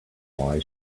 why